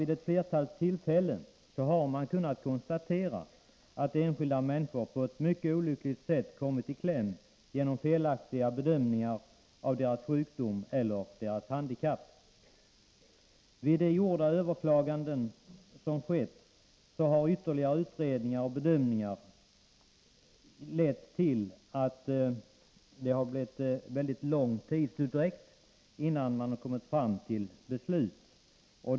Vid ett flertal tillfällen har man kunnat konstatera att enskilda människor på ett mycket olyckligt sätt kommit i kläm genom felaktiga bedömningar av deras sjukdom eller deras handikapp. Vid de överklaganden som skett har ytterligare utredningar och bedömningar lett till en mycket lång tidsutdräkt innan man kommit fram till ett beslut.